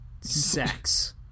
Sex